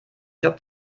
job